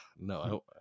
No